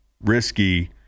risky